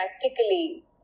practically